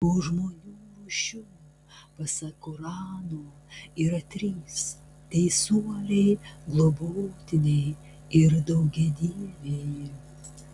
o žmonių rūšių pasak korano yra trys teisuoliai globotiniai ir daugiadieviai